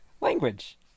Language